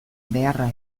beharra